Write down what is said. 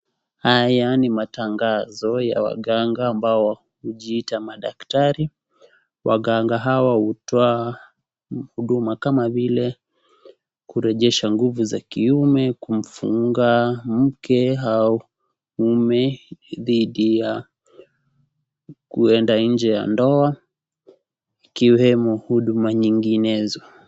Haya ni matangazo ya waganga ambao wamejiita madaktari. Waganga hawa hutoa huduma kama vile kurejesha nguvu za kiume, kufunga waume dhidi ya kuenda nje ya ndoa ,ikiwemo huduma nyinginezo.